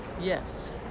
Yes